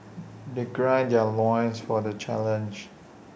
they gird their loins for the challenge